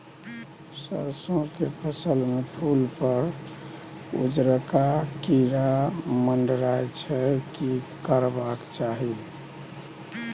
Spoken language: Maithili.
सरसो के फसल में फूल पर उजरका कीरा मंडराय छै की करबाक चाही?